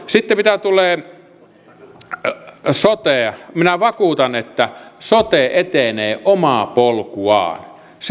sitten mitä tulee soteen minä vakuutan että sote etenee omaa polkuaan